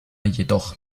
jedoch